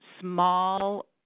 small